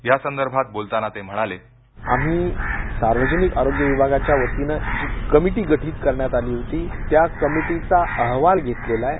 यासंदर्भात बोलताना ते म्हणाले आम्ही सार्वजनिक आरोग्य विभागाच्या वतीनं जी कमिटी घटीत करण्यात आली होती त्या कमिटीचा अहवाल घेतलेला आहे